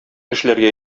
эшләргә